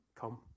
come